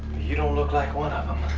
you don't look like one of them.